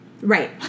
Right